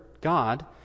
God